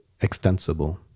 extensible